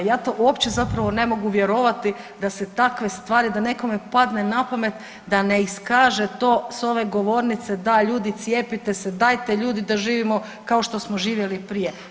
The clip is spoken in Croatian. Ja to uopće zapravo ne mogu vjerovati da se takve stvari, da nekome padne na pamet da ne iskaže to sa ove govornice, da ljudi cijepite se, dajte ljudi da živimo kao što smo živjeli i prije.